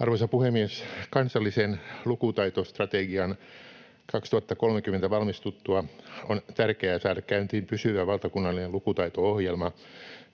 Arvoisa puhemies! Kansallisen lukutaitostrategia 2030:n valmistuttua on tärkeää saada käyntiin pysyvä valtakunnallinen lukutaito-ohjelma,